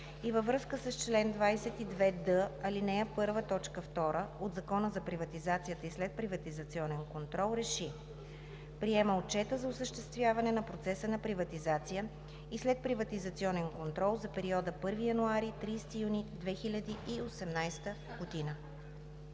и във връзка с чл. 22д, ал. 1, т. 2 от Закона за приватизация и следприватизационен контрол РЕШИ: Приема Отчета за осъществяване на процеса на приватизация и следприватизационен контрол за периода 1 януари – 30 юни 2018 г.“